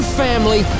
family